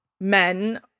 men